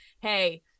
hey